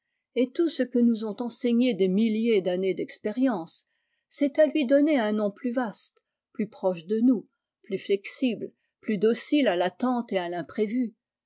et tout ce que nous ont enseigné des milliers d'années d'expérience c'est i lui donner un nom plus vaste plus proche de nous plus flexible plus docile à l'attente et à timprévu